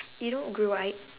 you don't grow right